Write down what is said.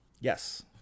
Yes